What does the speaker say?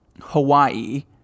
Hawaii